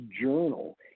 journal